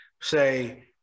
say